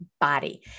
body